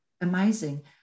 amazing